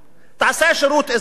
תעשה שירות אזרחי,